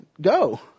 go